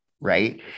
Right